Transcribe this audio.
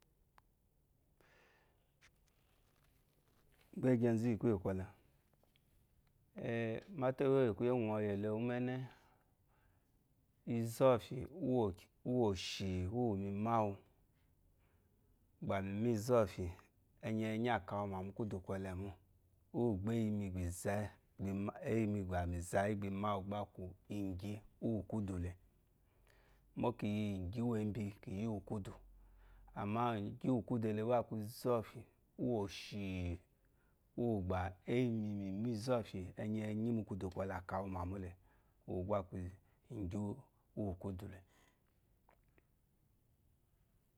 Gbègé zù ìyì kùyè kòlé “e” màtà èwó yi ɔyòlé ùméné, izófí ùwóshí ùwó mé màwú mìgbà mímí izófí ùwóshí ùwó mé máwú mìgbe úwú mizá éyímí mbà èzà yì gbá mì ma ` wù gbà ákú ígí úwù kúdú lé mólé kiyi uwé ébí kíyí úwù kúdi amá úkúdùlé gbá àkíí ùwèshi ùwù bà ízofí iyi mukudú kúle ukpókpenyi nyi te mukudukole aka wumamu le gba kii igi uwú kudú lé